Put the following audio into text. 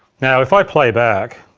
now, if i playback